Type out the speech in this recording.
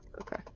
Okay